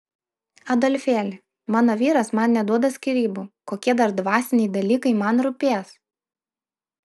adolfėli mano vyras man neduoda skyrybų kokie dar dvasiniai dalykai man rūpės